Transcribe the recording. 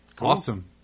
awesome